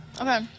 Okay